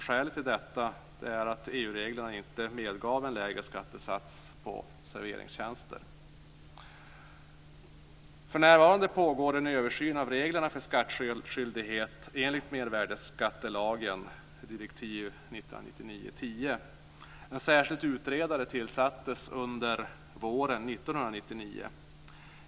Skälet till detta är att För närvarande pågår en översyn av reglerna för skattskyldighet enligt mervärdesskattelagen, direktiv 1999.